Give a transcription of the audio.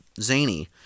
zany